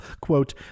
quote